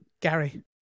Gary